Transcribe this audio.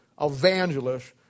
evangelist